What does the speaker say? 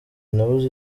nabuze